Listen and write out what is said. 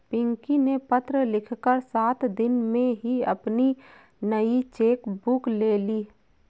पिंकी ने पत्र लिखकर सात दिन में ही अपनी नयी चेक बुक ले ली